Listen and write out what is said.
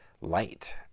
light